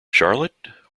charlotte